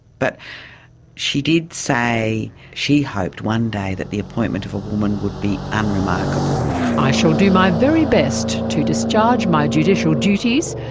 but she did say she hoped one day that the appointment of a woman would be unremarkable reading i shall do my very best to discharge my judicial duties,